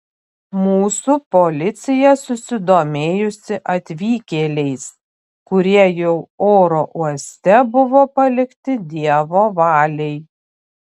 mūsų policija susidomėjusi atvykėliais kurie jau oro uoste buvo palikti dievo valiai